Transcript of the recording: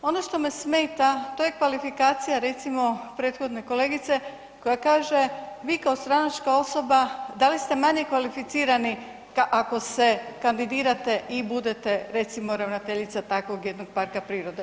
Ono što me smeta to je kvalifikacija recimo prethodne kolegice koja kaže vi kao stranačka osoba da li ste manje kvalificirani ako se kandidirate i budete recimo ravnateljica takvog jednog parka prirode.